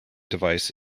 device